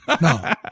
No